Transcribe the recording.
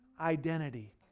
identity